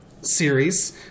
series